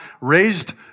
raised